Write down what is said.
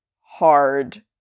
hard